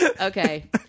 Okay